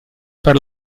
per